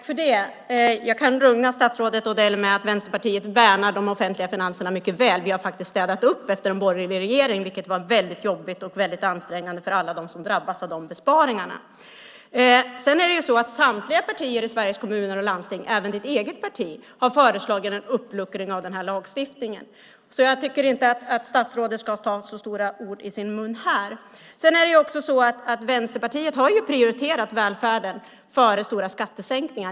Fru talman! Jag kan lugna statsrådet Odell med att Vänsterpartiet värnar de offentliga finanserna mycket väl. Vi har faktiskt städat upp efter en borgerlig regering, vilket var väldigt jobbigt och väldigt ansträngande för alla dem som drabbats av de besparingarna. Samtliga partier i Sveriges Kommuner och Landsting - även ditt eget parti - har föreslagit en uppluckring av den här lagstiftningen, så jag tycker inte att statsrådet ska ta så stora ord i sin mun här. Vänsterpartiet har prioriterat välfärden före stora skattesänkningar.